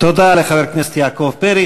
תודה לחבר הכנסת יעקב פרי.